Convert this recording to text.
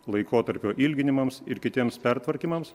laikotarpio ilginimams ir kitiems pertvarkymams